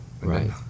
right